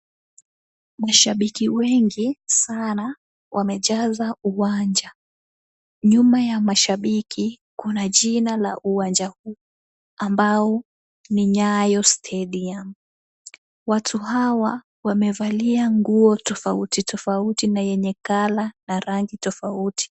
Mashabiki wengi sana wamejaza uwanja. Nyuma ya mashabiki, kuna jina la uwanja huu ambao ni Nyayo Stadium. Watu hawa wamevalia nguo tofauti tofauti na yenye colour na rangi tofauti.